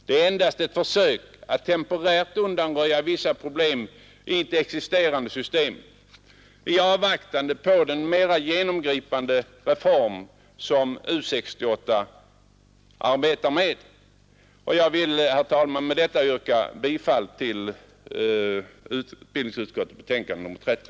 Det är endast ett försök att temporärt undanröja vissa problem i ett existerande system i avvaktan på den mera genomgripande reform som U 68 arbetar med. Jag vill med detta, herr talman, yrka bifall till utbildningsutskottets betänkande nr 30.